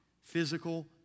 Physical